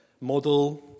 model